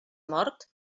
mort